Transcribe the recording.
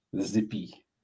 zippy